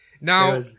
Now